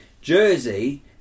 Jersey